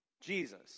Jesus